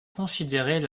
considérait